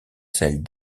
celle